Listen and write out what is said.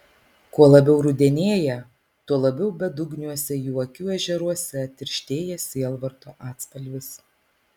kuo labiau rudenėja tuo labiau bedugniuose jų akių ežeruose tirštėja sielvarto atspalvis